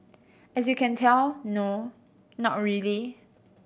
as you can tell no not really